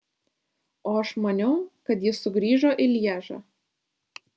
o aš maniau kad jis sugrįžo į lježą